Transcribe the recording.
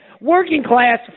working-class